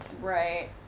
Right